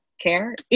care